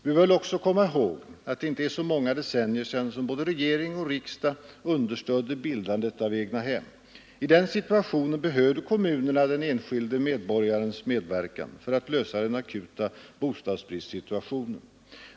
Vi bör väl också komma ihåg, att det inte är så många decennier sedan som både regering och riksdag understödde bildandet av egnahem. I den situationen behövde kommunerna den enskilde medborgarens medverkan för att lösa den akuta bostadsbristssituationen.